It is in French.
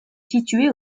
situés